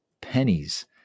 pennies